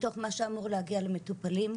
מתוך מה שאמור להגיע למטופלים.